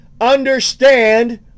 Understand